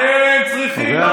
אתם צריכים, לא